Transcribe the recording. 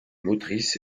motrice